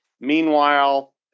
Meanwhile